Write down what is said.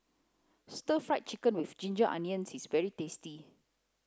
stir fried chicken with ginger onions is very tasty